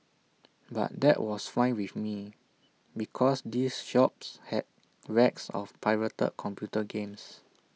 but that was fine with me because these shops had racks of pirated computer games